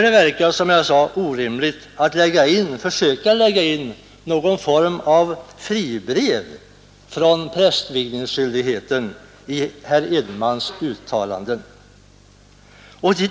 Det förefaller alltså orimligt att försöka lägga in någon form av ”fribrev” från prästvigningsskyldigheten i herr Edenmans uttalande.